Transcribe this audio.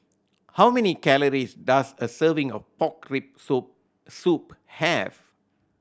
how many calories does a serving of pork rib soup have